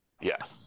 Yes